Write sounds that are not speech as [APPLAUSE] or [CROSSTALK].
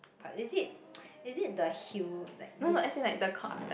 but is it [NOISE] is it the heel like this part